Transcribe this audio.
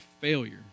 failure